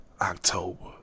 October